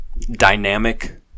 dynamic